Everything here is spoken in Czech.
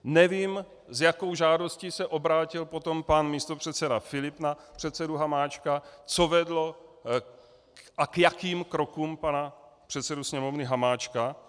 Nevím, s jakou žádostí se obrátil potom pan místopředseda Filip na předsedu Hamáčka, co vedlo a k jakým krokům pana předsedu Sněmovny Hamáčka.